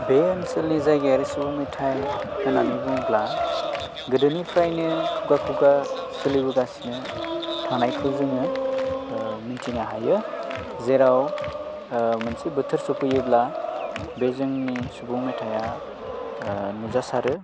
बे ओनसोलनि जायगायारि सुबुं मेथाइ होननानै बुङोब्ला गोदोनिफ्रायनो खुगा खुगा सोलिबोगासिनो थानायखौ जोङो मिन्थिनो हायो जेराव मोनसे बोथोर सौफैयोब्ला बे जोंनि सुबुं मेथाइआ नुजासारो